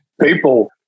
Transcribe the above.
people